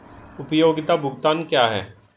उपयोगिता भुगतान क्या हैं?